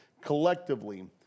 collectively